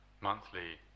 monthly